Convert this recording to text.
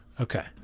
Okay